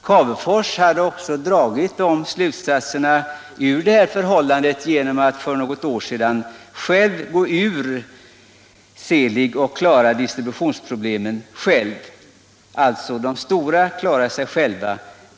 Cavefors hade också i enlighet härmed gått ur Seelig för något år sedan och klarar nu distributionsfrågorna själv. De stora klarar sig alltså själva.